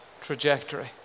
trajectory